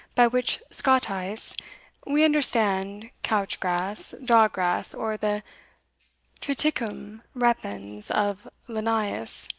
by which, scottice, we understand couch-grass, dog-grass, or the triticum repens of linnaeus,